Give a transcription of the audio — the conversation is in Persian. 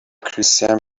کریستین